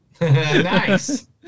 Nice